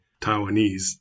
Taiwanese